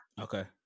Okay